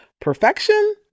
Perfection